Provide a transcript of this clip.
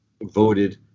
voted